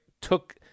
took